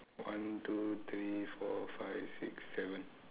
one two three four five six seven